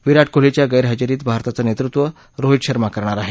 विराट कोहलीच्या गद्धिजेरीत भारताचचित्तुत्व रोहित शर्मा करणार आहे